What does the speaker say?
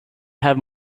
have